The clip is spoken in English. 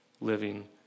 living